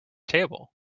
table